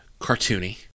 cartoony